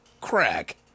crack